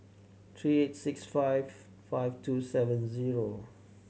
three eight six five five two seven zero